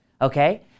Okay